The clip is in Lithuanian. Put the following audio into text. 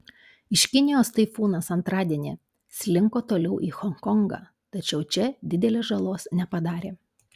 iš kinijos taifūnas antradienį slinko toliau į honkongą tačiau čia didelės žalos nepadarė